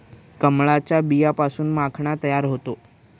कमळाच्या बियांपासून माखणा तयार होतो